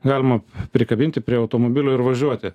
galima prikabinti prie automobilių ir važiuoti